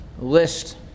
list